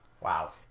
Wow